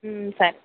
సరే